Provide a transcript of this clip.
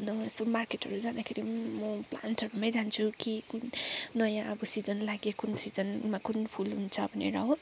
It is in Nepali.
अन्त यसो मार्केटहरू जाँदाखेरि पनि म प्लान्टहरूमै जान्छु कि कुन नयाँ अब सिजन लाग्यो कुन सिजनमा कुन फुल हुन्छ भनेर हो